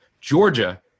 Georgia